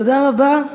תודה רבה.